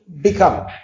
become